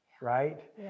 right